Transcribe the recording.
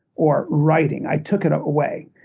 or writing, i took it away.